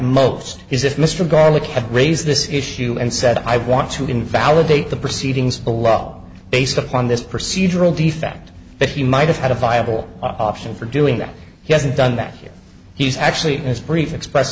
most is if mr garlock had raised this issue and said i want to invalidate the proceedings below based upon this procedural defect that he might have had a viable option for doing that he hasn't done that yet he's actually as brief express